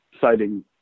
citing